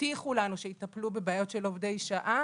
שהבטיחו לנו שיטפלו בבעיות של עובדי שעה,